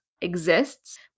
exists